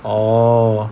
orh